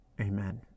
Amen